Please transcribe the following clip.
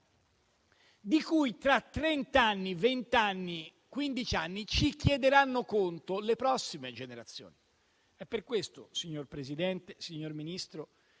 vent'anni o quindici, ci chiederanno conto le prossime generazioni? È per questo, signor Presidente, signor Ministro,